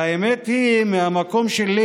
האמת היא, מהמקום שלי